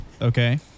Okay